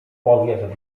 powiew